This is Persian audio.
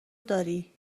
درای